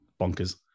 bonkers